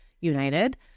United